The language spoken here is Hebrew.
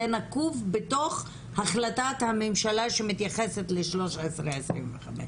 זה נקוב בתוך החלטת הממשלה שמתייחסת ל-1325.